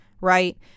Right